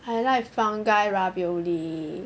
I like fungi ravioli